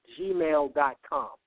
gmail.com